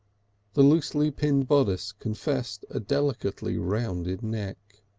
the loosely pinned bodice confessed a delicately rounded neck.